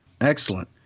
Excellent